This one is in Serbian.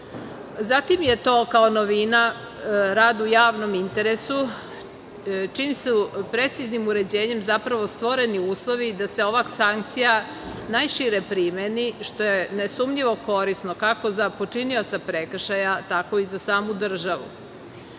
kazni. Zatim je to kao novina, rad u javnom interesu, čijim su preciznim uređenjem zapravo stvoreni uslovi da se ova sankcija najšire primeni, što je nesumnjivo korisno kako za počinioca prekšaja tako i za samu